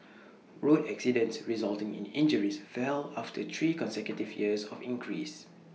road accidents resulting in injuries fell after three consecutive years of increase